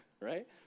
right